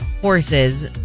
horses